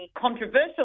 controversial